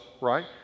right